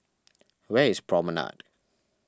where is Promenade